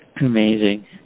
Amazing